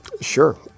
Sure